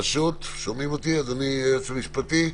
שומעים אותי, אדוני היועץ המשפטי?